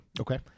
Okay